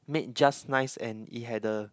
made just nice and it had the